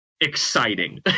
exciting